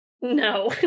No